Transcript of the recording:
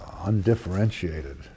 undifferentiated